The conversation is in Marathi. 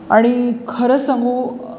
आणि खरंच सांगू